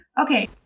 okay